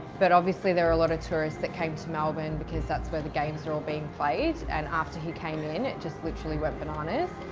but obviously there were a lot of tourists who came to melbourne because that's where the games were all being played and after he came in it just literally went bananas.